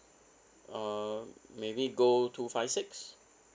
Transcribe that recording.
uh maybe gold two five six